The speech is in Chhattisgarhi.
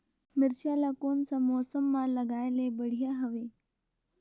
मिरचा ला कोन सा मौसम मां लगाय ले बढ़िया हवे